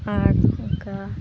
ᱟᱨ ᱚᱱᱠᱟ